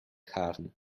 haaren